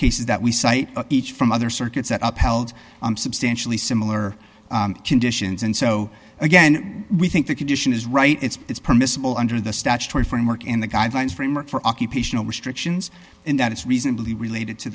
cases that we cite each from other circuits that up held substantially similar conditions and so again we think that condition is right it's permissible under the statutory framework in the guidelines framework for occupational restrictions in that it's reasonably related to